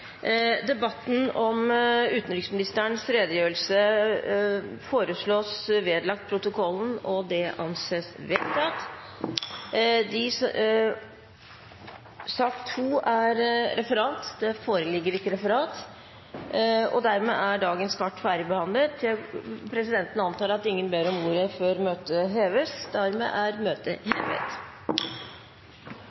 utenriksministerens redegjørelse vedlegges protokollen. – Det anses vedtatt. Det foreligger ikke noe referat. Dermed er dagens kart ferdigbehandlet. Presidenten antar at ingen ber om ordet før møtet heves? – Dermed er møtet